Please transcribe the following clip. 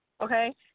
okay